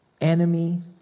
enemy